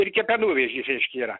ir kepenų vėžys reiškia yra